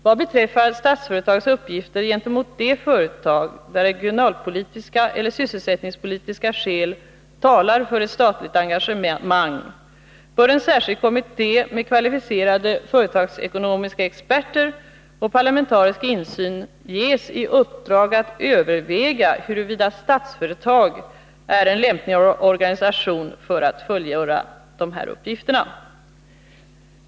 Vad beträffar Statsföretags uppgifter gentemot de företag där regionalpolitiska eller sysselsättningspolitiska skäl talar för ett statligt engagemang bör en särskild kommitté med kvalificerade företagsekonomiska experter och med parlamentarisk insyn ges i uppdrag att överväga huruvida Statsföretag är en lämplig organisation för att fullgöra dessa uppgifter.